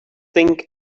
think